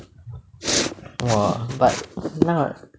!wah! but 那